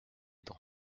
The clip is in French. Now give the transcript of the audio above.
dans